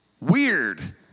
Weird